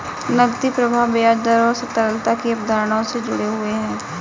नकदी प्रवाह ब्याज दर और तरलता की अवधारणाओं से जुड़े हुए हैं